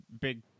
big